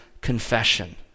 confession